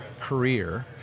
career